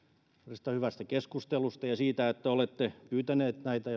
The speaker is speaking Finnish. tästä hyvästä keskustelusta ja siitä että olette pyytäneet näitä